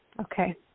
Okay